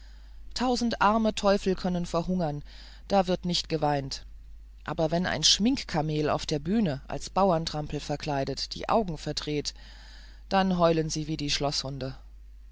tausende armer teufel können verhungern da wird nicht geweint aber wenn ein schminkkamel auf der buhne als bauerntrampel verkleidet die augen verdreht dann heulen sie wie die schloßhunde